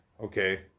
okay